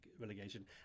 relegation